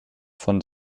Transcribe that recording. von